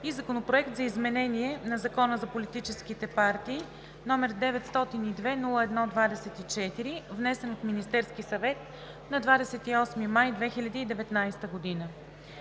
Законопроект за изменение на Закона за политическите партии, № 902-01-24, внесен от Министерския съвет на 28 май 2019 г.